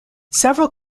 several